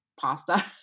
pasta